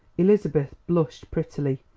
elizabeth blushed prettily,